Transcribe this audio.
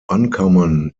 uncommon